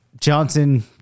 Johnson